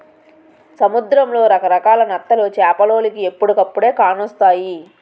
సముద్రంలో రకరకాల నత్తలు చేపలోలికి ఎప్పుడుకప్పుడే కానొస్తాయి